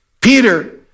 Peter